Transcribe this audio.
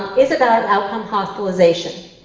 is a bad outcome hospitalization,